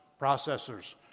processors